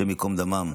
השם ייקום דמם,